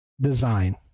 design